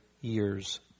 years